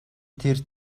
тэр